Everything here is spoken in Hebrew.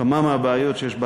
כמה מהבעיות שיש בה.